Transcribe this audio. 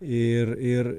ir ir